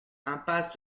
impasse